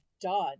done